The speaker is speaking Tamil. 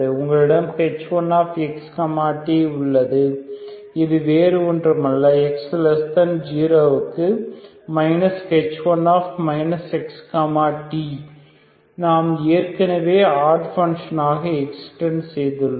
உங்களிடம் h1x t உள்ளது இது வேறு ஒன்றுமல்ல x0 க்கு h1 x t நாம் ஏற்கனவே ஆட் பங்க்ஷன் ஆக எக்ஸ்டெண்ட் செய்துள்ளோம்